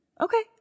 Okay